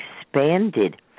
expanded